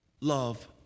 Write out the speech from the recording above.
Love